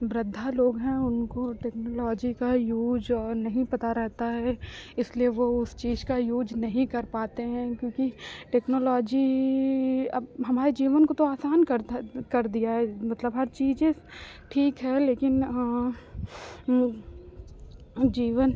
वृद्ध लोग हैं उनको टेक्नोलॉजी का यूज और नहीं पता रहता है इसलिए वो उस चीज का यूज नहीं कर पाते हैं क्योंकि टेक्नोलॉजी अब हमारे जीवन को तो आसान कर कर दिया है मतलब हर चीज़ें ठीक है लेकिन जीवन